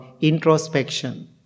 introspection